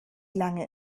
lange